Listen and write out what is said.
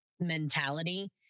mentality